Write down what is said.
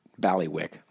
ballywick